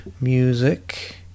Music